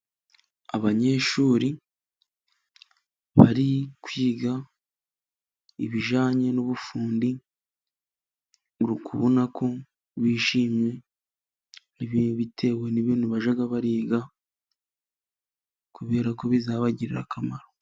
Abanyeshuri bari kwiga ibijyanye n'ubufundi，muri kubona ko bishimye，bitewe n' ibintu bajya bariga，kubera ko bizabagirira akamaro.